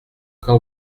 quand